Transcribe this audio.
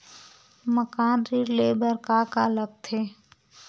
मकान ऋण ले बर का का लगथे?